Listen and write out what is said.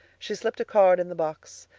she slipped a card in the box,